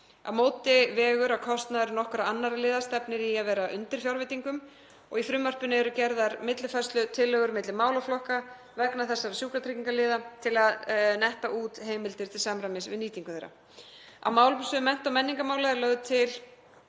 Á móti vegur að kostnaður nokkurra annarra liða stefnir í að vera undir fjárveitingum. Í frumvarpinu eru gerðar millifærslutillögur milli málaflokka vegna þessara sjúkratryggingaliða til að netta út heimildir til samræmis við nýtingu þeirra. Á málefnasviðum mennta- og menningarmála er lögð til